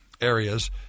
areas